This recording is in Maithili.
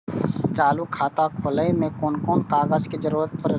चालु खाता खोलय में कोन कोन कागज के जरूरी परैय?